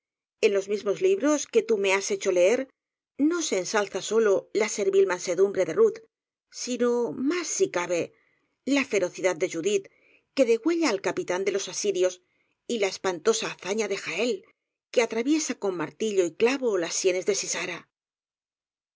en los mismos libros que tú me has hecho leer no se ensalza sólo la servil mansedumbre de ruth sino más si cabe la fero cidad de judith que degüella al capitán de los asirios y la espantosa hazaña de jahel que atra viesa con martillo y clavo las sienes